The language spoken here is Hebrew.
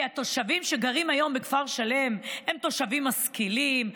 כי התושבים שגרים היום בכפר שלם הם תושבים משכילים,